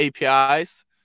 APIs